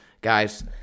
Guys